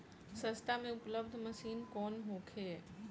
सस्ता में उपलब्ध मशीन कौन होखे?